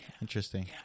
Interesting